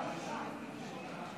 2024,